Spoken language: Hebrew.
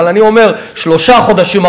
אבל אני אומר: שלושה חודשים,